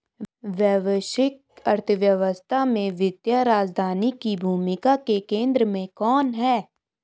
वैश्विक अर्थव्यवस्था में वित्तीय राजधानी की भूमिका के केंद्र में कौन है?